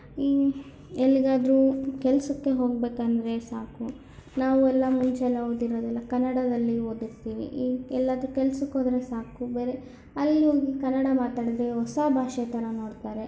ಇನ್ನು ಎಲ್ಲಿಗಾದರೂ ಕೆಲಸಕ್ಕೆ ಹೋಗಬೇಕಂದ್ರೆ ಸಾಕು ನಾವು ಎಲ್ಲ ಮುಂಚೆ ಎಲ್ಲ ಓದಿರೋದೆಲ್ಲ ಕನ್ನಡದಲ್ಲಿ ಓದುತ್ತೀವಿ ಈಗ ಎಲ್ಲಾದ್ರೂ ಕೆಲ್ಸಕ್ಕೆ ಹೋದರೆ ಸಾಕು ಬೇರೆ ಅಲ್ಲಿ ಹೋಗಿ ಕನ್ನಡ ಮಾತಾಡಿದ್ರೆ ಹೊಸ ಭಾಷೆ ಥರ ನೋಡ್ತಾರೆ